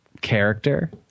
character